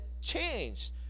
changed